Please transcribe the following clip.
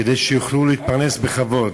כדי שיוכלו להתפרנס בכבוד,